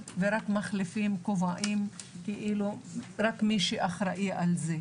ורק יוחלפו הכובעים ואת מי שאחראי על הנושא.